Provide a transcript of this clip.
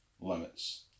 limits